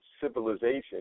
civilization